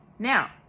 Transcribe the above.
now